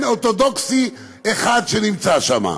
אין אורתודוקסי אחד שנמצא שם.